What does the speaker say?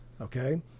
Okay